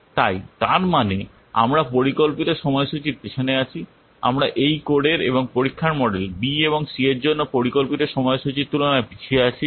তাই তার মানে আমরা পরিকল্পিত সময়সূচীর পিছনে আছি আমরা এই কোডের এবং পরীক্ষার মডেল B এবং C এর জন্য পরিকল্পিত সময়সূচীর তুলনায় পিছিয়ে আছি